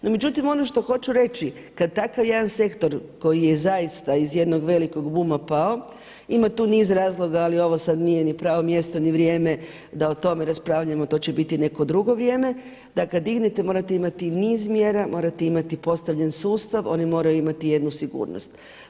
No međutim ono što hoću reći kada takav jedan sektor koji je zaista iz jednog velikog buma pao, ima tu niz razloga ali ovo sad nije ni pravo mjesto ni vrijeme da o tome raspravljamo, to će biti neko drugo vrijeme, da kada … morate imati niz mjera, morate imati postavljen sustav, oni moraju imati jednu sigurnost.